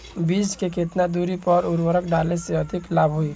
बीज के केतना दूरी पर उर्वरक डाले से अधिक लाभ होई?